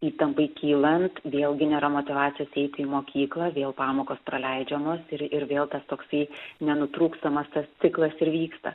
įtampai kylant vėlgi nėra motyvacijos eiti į mokyklą vėl pamokos praleidžiamos ir ir vėl tas toksai nenutrūkstamas tas ciklas ir vyksta